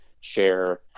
share